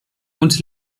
und